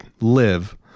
live